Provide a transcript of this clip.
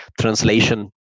translation